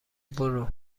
برو